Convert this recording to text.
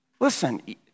Listen